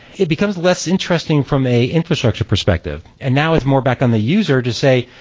it becomes less interesting from a infrastructure perspective. and now it's more back on the user to say,